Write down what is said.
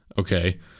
Okay